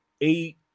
eight